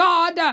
God